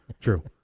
true